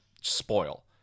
spoil